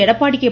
Edappadi K